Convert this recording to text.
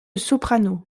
soprano